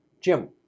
Jim